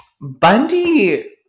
Bundy